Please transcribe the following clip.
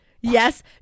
Yes